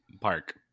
park